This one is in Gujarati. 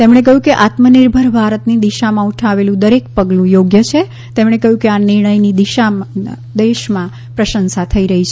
તેમણે કહયું કે આત્મનિર્ભર ભારતની દિશામાં ઉઠાવેલુ દરેક પગલુ યોગ્ય છે તેમણે કહ્યું કે આ નિર્ણયની દેશમાં પ્રશંસા થઇ રહી છે